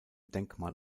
denkmal